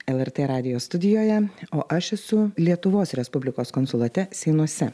lrt radijo studijoje o aš esu lietuvos respublikos konsulate seinuose